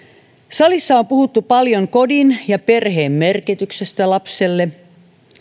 salissa on puhuttu paljon kodin ja perheen merkityksestä lapselle